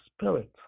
Spirit